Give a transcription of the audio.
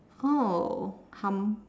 oh ham~